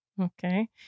Okay